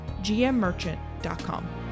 gmmerchant.com